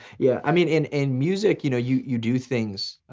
yeah i mean in in music you know you you do things,